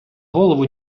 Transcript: голову